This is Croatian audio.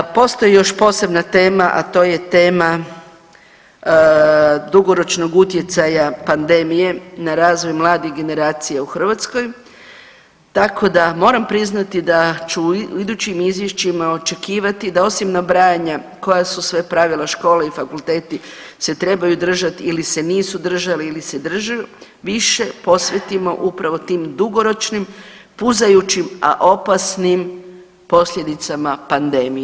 Postoji još posebna tema, a to je tema dugoročnog utjecaja pandemije na razvoj mlade generacije u Hrvatskoj, tako da moram priznati da ću u idućim izvješćima očekivati da osim nabrajanja koja su sve pravila škole i fakulteti se trebaju držati ili se nisu držala ili se drže više posvetimo upravo tim dugoročnim, puzajućim, a opasnim posljedicama pandemije.